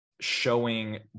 showing